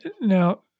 Now